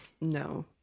no